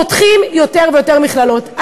פותחים יותר ויותר מכללות.